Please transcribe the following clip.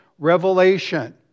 Revelation